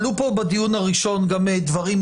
עלו פה בדיון הראשון גם דברים,